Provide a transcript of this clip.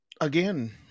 again